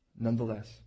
Nonetheless